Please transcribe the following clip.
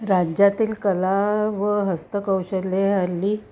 राज्यातील कला व हस्तकौशल्य हल्ली